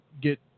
get